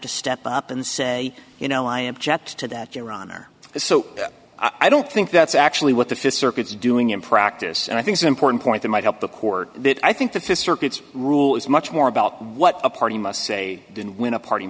to step up and say you know i object to that your honor so i don't think that's actually what the th circuit is doing in practice and i think the important point that might help the court that i think that the circuits rule is much more about what a party must say didn't when a party